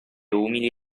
umili